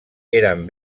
eren